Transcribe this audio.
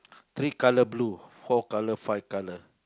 three colour blue four colour five colour